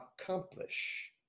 accomplish